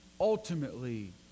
ultimately